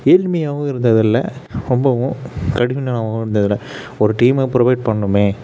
ஏழ்மையாகவும் இருந்ததில்ல ரொம்பவும் இருந்ததில்ல ஒரு டீமை புரொவைட் பண்ணனுமே